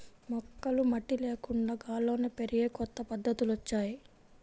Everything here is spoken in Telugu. మొక్కలు మట్టి లేకుండా గాల్లోనే పెరిగే కొత్త పద్ధతులొచ్చాయ్